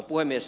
puhemies